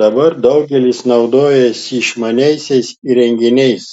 dabar daugelis naudojasi išmaniaisiais įrenginiais